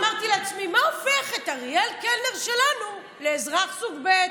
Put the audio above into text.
אמרתי לעצמי: מה הופך את אריאל קלנר שלנו לאזרח סוג ב'?